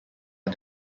are